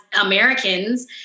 Americans